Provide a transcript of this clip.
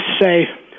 say